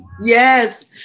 Yes